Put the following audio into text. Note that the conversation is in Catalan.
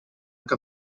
que